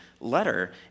letter